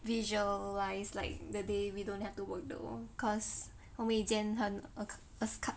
visualise like the day we don't have to work though cause 我们已近很 ac~ ac~